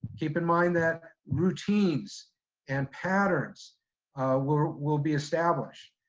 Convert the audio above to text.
keep in mind that routines and patterns will will be established.